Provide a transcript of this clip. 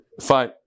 Fine